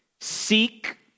Seek